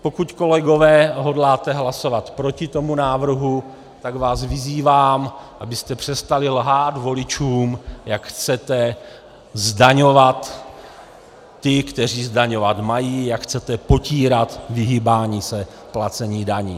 Pokud, kolegové, hodláte hlasovat proti tomuto návrhu, tak vás vyzývám, abyste přestali lhát voličům, jak chcete zdaňovat ty, kteří zdaněni být mají, jak chcete potírat vyhýbání se placení daní.